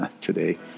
today